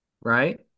Right